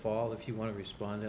fall if you want to respond